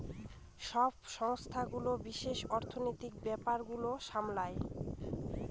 সব সংস্থাগুলো বিশেষ অর্থনীতির ব্যাপার গুলো সামলায়